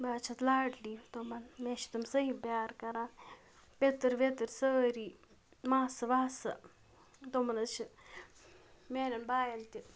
بہٕ حظ چھَس لاٹلی تِمَن مےٚ چھِ تٕم صحیح پیار کَران پِتٕر وِتٕر سٲری ماسہٕ واسہٕ تِمَن حظ چھِ میٛانٮ۪ن باین تہِ